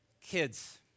Kids